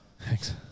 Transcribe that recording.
Thanks